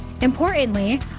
Importantly